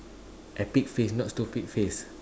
epic face not stupid face